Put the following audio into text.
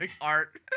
art